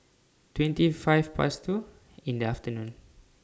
twenty five Past two in The afternoon